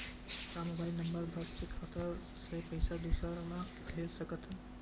का mobile number बस से खाता से पईसा दूसरा मा भेज सकथन?